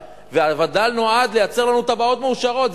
והווד"ל נועד לייצר לנו תב"עות מאושרות,